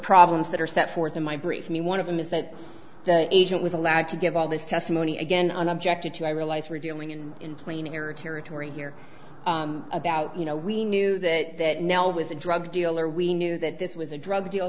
problems that are set forth in my brief i mean one of them is that the agent was allowed to give all this testimony again on objected to i realize we're dealing in in plain error territory here about you know we knew that nel was a drug dealer we knew that this was a drug deal